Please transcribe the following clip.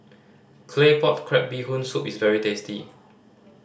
Claypot Crab Bee Hoon Soup is very tasty